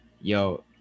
yo